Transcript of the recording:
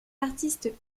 artistes